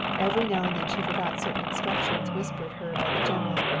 every now and then she forgot certain instructions whispered her by the general,